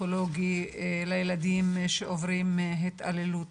פסיכולוגי לילדים שעוברים התעללות.